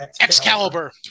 Excalibur